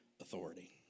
authority